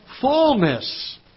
fullness